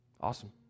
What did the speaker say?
Awesome